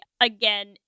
again